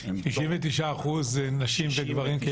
--- 69% נשים וגברים?